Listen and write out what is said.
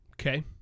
okay